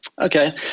Okay